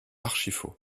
archifaux